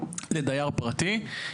לדייר פרטי.